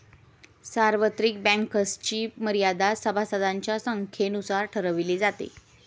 सार्वत्रिक बँक्सची मर्यादा सभासदांच्या संख्येनुसार ठरवली जाते